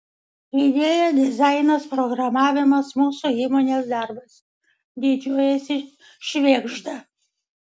idėja dizainas programavimas mūsų įmonės darbas didžiuojasi švėgžda